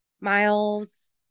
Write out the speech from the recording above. miles